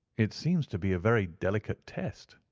it seems to be a very delicate test,